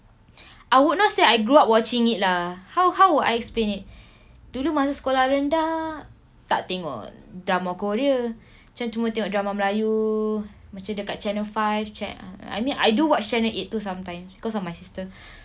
I would not say I grew up watching it lah how how would I explain it dulu masa sekolah rendah tak tengok drama korea macam cuma drama melayu macam dekat channel five I mean I do watch channel eight too sometimes because of my sister